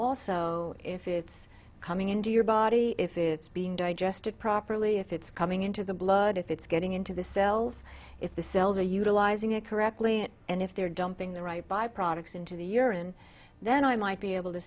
also if it's coming into your body if it's being digested properly if it's coming into the blood if it's getting into the cells if the cells are utilizing it correctly and if they're dumping the right by products into the urine then i might be able to